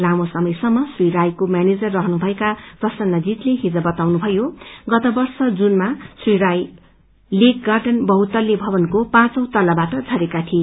लामो समयसम्म श्री रायको म्यानेजर रहनुभएका प्रसन्नजीतले डिज बताउनुभयो गत वर्ष जूनमा श्री राय लेक गाउँन बहुतल्ले भवनको पाँची तल्लाबाट झरेका थिए